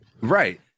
Right